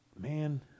man